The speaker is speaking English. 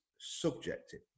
subjective